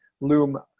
loom